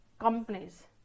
companies